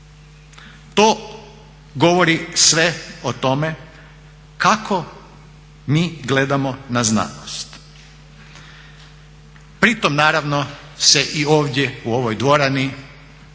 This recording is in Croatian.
To govori sve o tome kako mi gledamo na znanost. Pritom naravno se i ovdje u ovoj dvorani kad